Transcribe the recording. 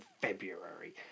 February